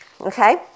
okay